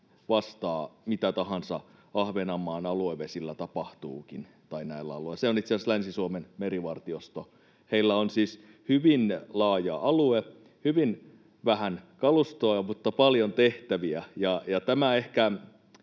vastaa, mitä tahansa Ahvenanmaan aluevesillä tai näillä alueilla tapahtuukin: se on itse asiassa Länsi-Suomen merivartiosto. Heillä on siis hyvin laaja alue ja hyvin vähän kalustoa mutta paljon tehtäviä,